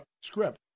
script